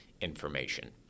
information